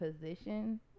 position